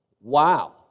Wow